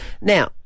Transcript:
Now